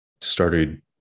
started